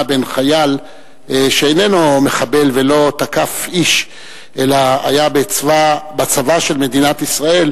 בין חייל שאיננו מחבל ולא תקף איש אלא היה בצבא של מדינת ישראל,